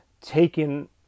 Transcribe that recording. taken